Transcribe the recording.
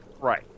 Right